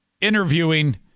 interviewing